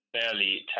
fairly